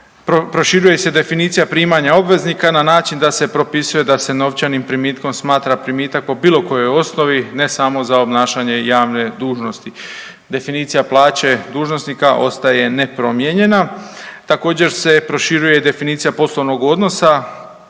Proširuje se definicija primanja obveznika na način da se propisuje da se novčanim primitkom smatra primitak po bilo kojoj osnovi, ne samo za obnašanje javne dužnosti. Definicija plaće dužnosnika ostaje nepromijenjena. Također se proširuje i definicija poslovnog odnosa